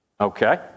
Okay